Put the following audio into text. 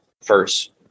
first